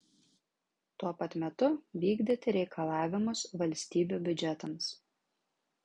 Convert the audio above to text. tuo pat metu vykdyti reikalavimus valstybių biudžetams